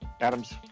Adam's